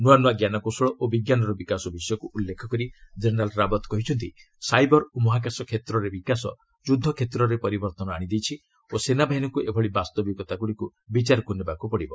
ନୂଆ ନୂଆ ଜ୍ଞାନକୌଶଳ ଓ ବିଜ୍ଞାନର ବିକାଶ ବିଷୟକୁ ଉଲ୍ଲେଖ କରି ଜେନେରାଲ୍ ରାବତ୍ କହିଛନ୍ତି ସାଇବର୍ ଓ ମହାକାଶ କ୍ଷେତ୍ରରେ ବିକାଶ ଯୁଦ୍ଧକ୍ଷେତ୍ରରେ ପରିବର୍ତ୍ତନ ଆଣିଦେଇଛି ଓ ସେନାବାହିନୀକୁ ଏଭଳି ବାସ୍ତବିକତାଗୁଡ଼ିକୁ ବିଚାରକୁ ନେବାକୁ ପଡ଼ିବ